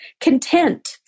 content